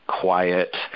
quiet